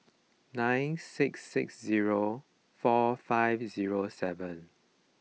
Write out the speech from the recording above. nine six six zero four five zero seven